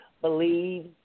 believe